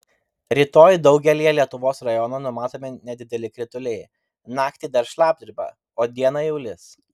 rytoj daugelyje lietuvos rajonų numatomi nedideli krituliai naktį dar šlapdriba o dieną jau lis